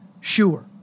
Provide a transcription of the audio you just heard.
sure